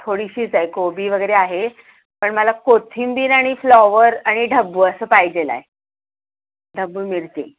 थोडीशीच आहे कोबी वगैरे आहे पण मला कोथिंबीर आणि फ्लॉवर आणि ढब्बू असं पाहिजे आहे ढब्बू मिरची